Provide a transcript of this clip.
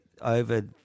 over